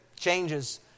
changes